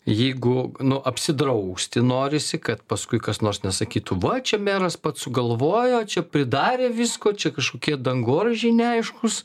jeigu nu apsidrausti norisi kad paskui kas nors nesakytų va čia meras pats sugalvojo čia pridarė visko čia kažkokie dangoraižiai neaiškūs